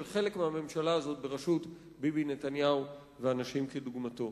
חלק מהממשלה הזאת בראשות ביבי נתניהו ואנשים כדוגמתו.